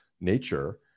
nature